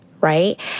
right